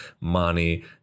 money